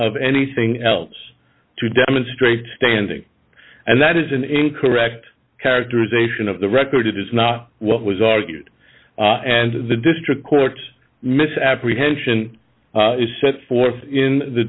of anything else to demonstrate standing and that is an incorrect characterization of the record it is not what was argued and the district court misapprehension is set forth in the